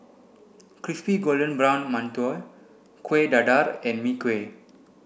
crispy golden brown mantou Kueh Dadar and Mee Kuah